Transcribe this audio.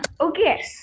Okay